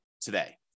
today